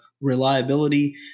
reliability